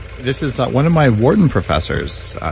this is one of my wharton professors.